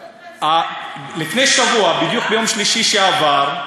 לפני שבוע, בדיוק ביום שלישי שעבר,